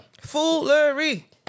foolery